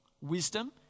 Wisdom